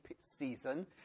season